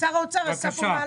שר האוצר עשה פה מהלך.